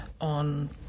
on